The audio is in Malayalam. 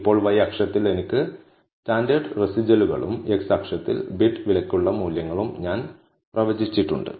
ഇപ്പോൾ y അക്ഷത്തിൽ എനിക്ക് സ്റ്റാൻഡേർഡ് റെസിജ്വലുകളും x അക്ഷത്തിൽ ബിഡ് വിലയ്ക്കുള്ള മൂല്യങ്ങളും ഞാൻ പ്രവചിച്ചിട്ടുണ്ട്